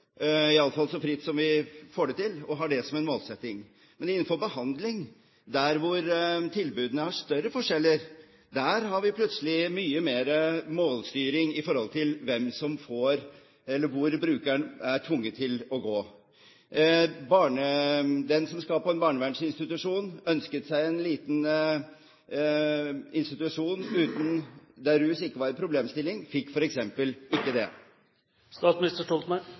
så fritt som vi får det til, og har det som en målsetting. Men innenfor behandling, der hvor det er større forskjeller i tilbudene, der har vi plutselig mye mer målstyring når det gjelder hvor brukeren er tvunget til å gå. En som skulle på en barnevernsinstitusjon og ønsket seg en liten institusjon der rus ikke var en problemstilling, fikk f.eks. ikke